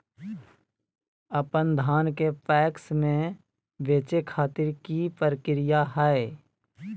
अपन धान के पैक्स मैं बेचे खातिर की प्रक्रिया हय?